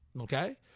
Okay